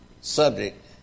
subject